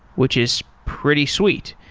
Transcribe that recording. which is pretty sweet.